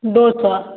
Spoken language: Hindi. दो सौ